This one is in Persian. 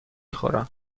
خورم